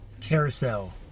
Carousel